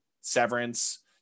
Severance